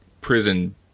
prison